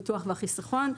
הביטוח והחיסכון.